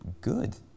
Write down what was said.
good